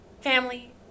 family